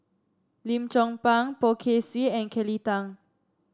Lim Chong Pang Poh Kay Swee and Kelly Tang